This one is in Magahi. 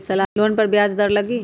लोन पर ब्याज दर लगी?